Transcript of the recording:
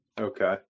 Okay